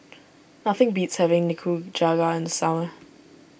nothing beats having Nikujaga in the summer